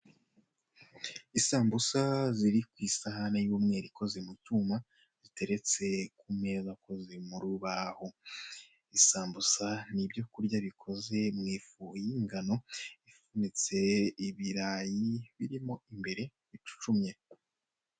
Isambusa ziri ku isahani y'umweru ikoze mu cyuma ziteretse ku meza akoze zi mu rubaho, isambusa ni ibyo kurya bikoze mu ifu y'ingano ifunitse, ibirayi birimo imbere bicucumye.